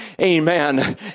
Amen